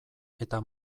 eta